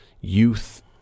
youth